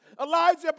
Elijah